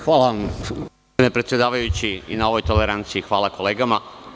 Hvala vam gospodine predsedavajući i na ovoj toleranciji, hvala kolegama.